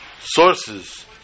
sources